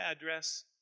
address